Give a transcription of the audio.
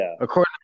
according